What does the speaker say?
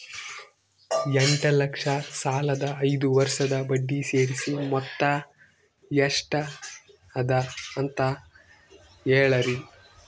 ಎಂಟ ಲಕ್ಷ ಸಾಲದ ಐದು ವರ್ಷದ ಬಡ್ಡಿ ಸೇರಿಸಿ ಮೊತ್ತ ಎಷ್ಟ ಅದ ಅಂತ ಹೇಳರಿ?